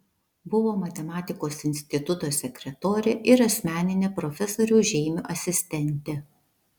buvo matematikos instituto sekretorė ir asmeninė profesoriaus žeimio asistentė